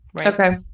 Okay